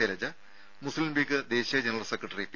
ശൈലജ മുസ്ലീംലീഗ് ദേശീയ general secretary P